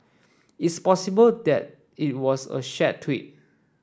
it's possible that it was a shared tweet